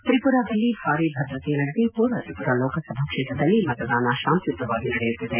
ತ್ರಿಪುರಾದಲ್ಲಿ ಭಾರೀ ಭದ್ರತೆಯ ನಡುವೆ ಪೂರ್ವ ತ್ರಿಪುರಾ ಲೋಕಸಭಾ ಕ್ವೇತ್ರದಲ್ಲಿ ಮತದಾನ ಶಾಂತಿಯುತವಾಗಿ ನಡೆಯುತ್ತಿದೆ